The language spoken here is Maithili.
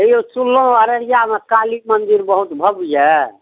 हइ यौ सुनलहुँ अरियामे काली मंदिर बहुत भव्य यऽ